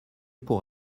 pour